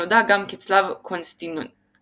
הנודע גם כצלב קונסטנטינוס,